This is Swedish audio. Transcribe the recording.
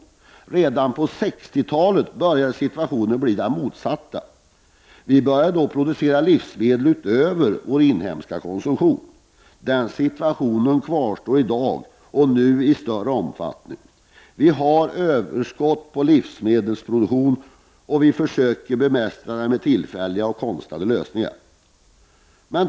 Redan på 1960-talet började situationen bli den motsatta. Vi började då producera livsmedel utöver vår egen inhemska konsumtion. Den situationen kvarstår också i dag och har ju en större omfattning. Vi har överskott av livsmedel, och vi försöker bemästra detta med tillfälliga och konstlade lösningar.